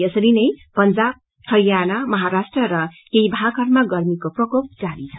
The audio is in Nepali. यसरी नै पंजाब हरियाणा महाराष्ट्र र केही भागहरूमा गर्मीको प्रकोप जारी छ